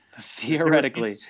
theoretically